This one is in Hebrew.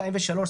שניים ושלושה,